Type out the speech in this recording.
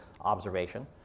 observation